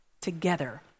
together